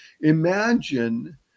imagine